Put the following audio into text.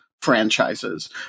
franchises